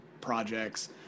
projects